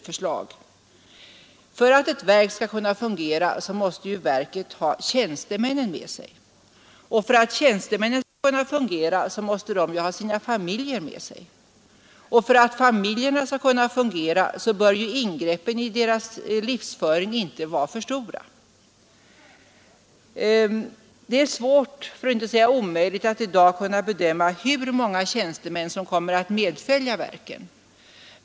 För att ett verk skall kunna fungera måste verket ha tjänstemännen med sig och för att dessa skall kunna fungera måste de ha sina familjer med sig. För att familjerna skall kunna fungera bör ingreppen i deras livsföring inte vara för stora. Det är svårt för att inte säga omöjligt att i dag bedöma hur många tjänstemän som kommer att medfölja verken.